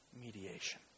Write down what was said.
mediation